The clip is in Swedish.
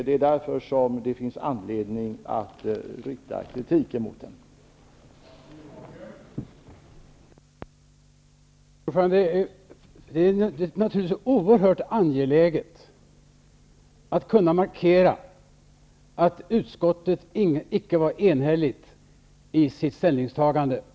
Det är därför som det finns anledning att rikta kritik mot regeringen.